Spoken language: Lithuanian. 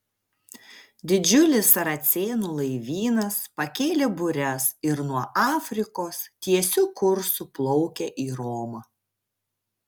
didžiulis saracėnų laivynas pakėlė bures ir nuo afrikos tiesiu kursu plaukia į romą